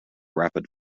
rapid